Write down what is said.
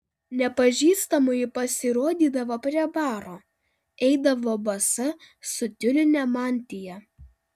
nepažįstamoji pasirodydavo prie baro eidavo basa su tiuline mantija